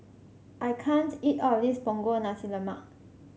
I can't eat all of this Punggol Nasi Lemak